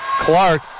Clark